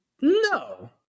no